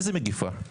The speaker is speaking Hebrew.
איזה מגפה?